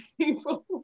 people